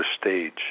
stage